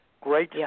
great